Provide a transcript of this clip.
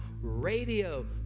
radio